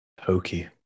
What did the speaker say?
Hokey